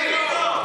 איזה קומבינות?